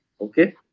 okay